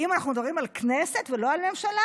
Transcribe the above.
אם אנחנו מדברים על הכנסת ולא על הממשלה,